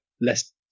less